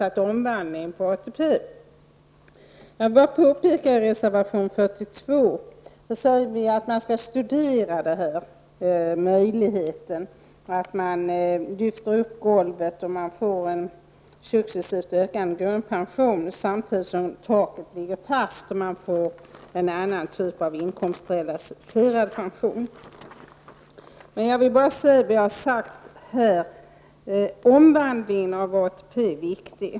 Jag vill då hänvisa till det som står i reservation 42, där vi säger att man skall studera möjligheten att lyfta upp golvet så att man får en successivt ökad grundpension samtidigt som taket ligger fast och man får en annan typ av inkomstrelaterad pension. Låt mig upprepa vad jag sagt tidigare, att omvandlingen av ATP är viktig.